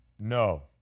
No